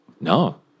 No